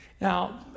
Now